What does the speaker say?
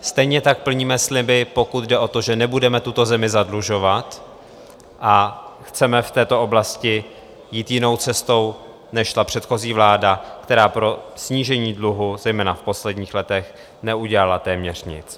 Stejně tak plníme sliby, pokud jde o to, že nebudeme tuto zemi zadlužovat, a chceme v této oblasti jít jinou cestou, než šla předchozí vláda, která pro snížení dluhu zejména v posledních letech neudělala téměř nic.